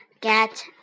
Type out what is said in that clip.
Get